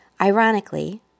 Ironically